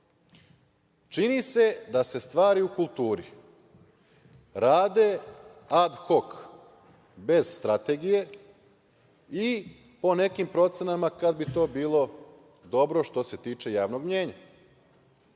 se da se stvari u kulturi rade ad hok, bez strategije i po nekim procenama kad bi to bilo dobro, što se tiče javnog mnjenja.